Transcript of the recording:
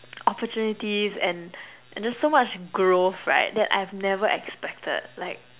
opportunities and and just so much growth right that I've never expected like